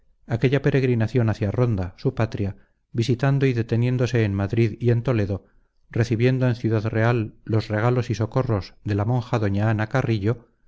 aquella peregrinación hacia ronda su patria visitando y deteniéndose en madrid y en toledo recibiendo en ciudad real los regalos y socorros de la monja doña ana carrillo